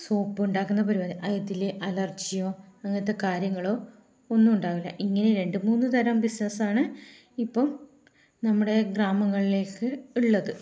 soap ഉണ്ടാക്കുന്ന പരിപാടി അതിൽ അലർജിയോ അങ്ങനത്തെ കാര്യങ്ങളോ ഒന്നും ഉണ്ടാകില്ല ഇങ്ങനെ രണ്ടു മൂന്നു തരം ബിസിനസ്സാണ് ഇപ്പം നമ്മുടെ ഗ്രാമങ്ങളിലേക്ക് ഉള്ളത്